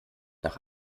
nach